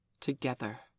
Together